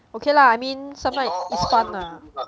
okay lah I mean sometimes i~ is fun ah